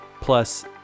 plus